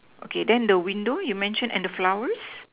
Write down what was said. okay then the window you mention and the flowers